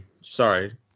Sorry